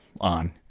on